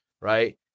right